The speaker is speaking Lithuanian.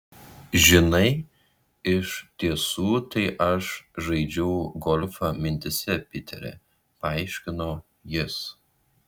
žinai iš tiesų tai aš žaidžiau golfą mintyse piteri paaiškino jis